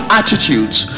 attitudes